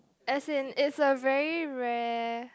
as in it's a very rare